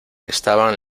estaban